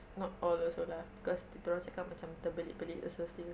not all also lah cause dia orang cakap macam terbelit-belit also still